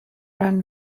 ran